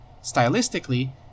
Stylistically